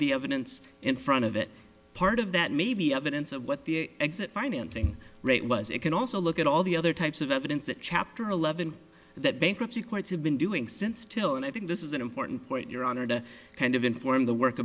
the evidence in front of it part of that may be evidence of what the exit financing rate was it can also look at all the other types of evidence that chapter eleven that bankruptcy courts have been doing since till and i think this is an important point your honor to kind of inform the work